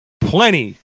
plenty